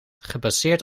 gebaseerd